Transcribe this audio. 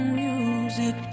music